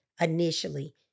initially